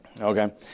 Okay